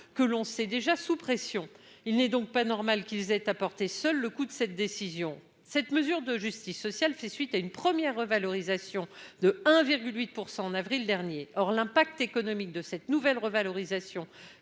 finances sont déjà sous pression. Il n'est donc pas normal que ces derniers aient à supporter seuls le coût de la décision. Cette mesure de justice sociale fait suite à une première revalorisation de 1,8 % au mois d'avril dernier. Or l'impact économique de la nouvelle revalorisation